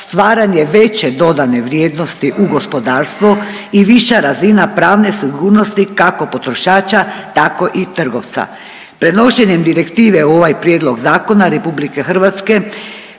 stvaranje veće dodane vrijednosti u gospodarstvo i viša razina pravne sigurnosti, kako potrošača, tako i trgovca. Prenošenjem direktive u ovaj Prijedlog zakona RH